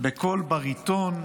בקול בריטון,